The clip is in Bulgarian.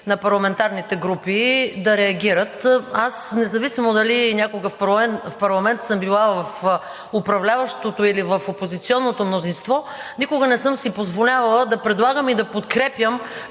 на парламентарните групи да реагират. Независимо дали някога в парламента съм била в управляващото мнозинство или в опозиция, никога не съм си позволявала да предлагам и да подкрепям